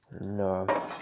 No